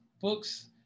books